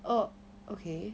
oh okay